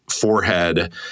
forehead